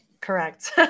correct